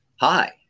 hi